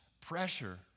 pressure